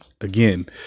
again